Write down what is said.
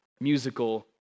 musical